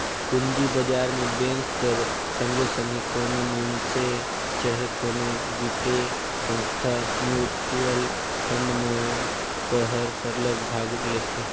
पूंजी बजार में बेंक कर संघे संघे कोनो मइनसे चहे कोनो बित्तीय संस्था, म्युचुअल फंड मन हर सरलग भाग लेथे